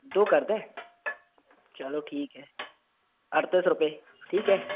दो कर दें चलो ठीक है अड़तीस रुपये ठीक है